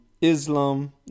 Islam